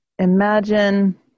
Imagine